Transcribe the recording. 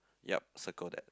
ya circle that